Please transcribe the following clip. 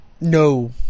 No